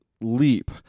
leap